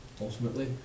Ultimately